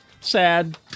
sad